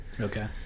Okay